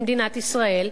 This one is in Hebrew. ממדינת ישראל,